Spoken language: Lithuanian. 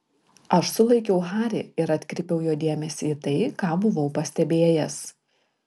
aš sulaikiau harį ir atkreipiau jo dėmesį į tai ką buvau pastebėjęs